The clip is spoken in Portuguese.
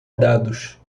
dados